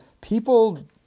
people